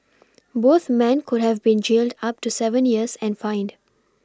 both men could have been jailed up to seven years and fined